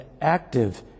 active